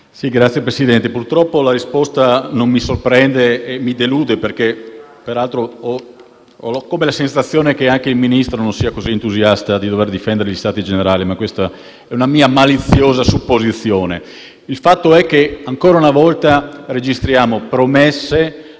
Signor Presidente, purtroppo la risposta non mi sorprende e mi delude perché ho la sensazione che anche il Ministro non sia così entusiasta di dover difendere gli Stati generali, ma questa è una mia maliziosa supposizione. Il fatto è che, ancora una volta, registriamo promesse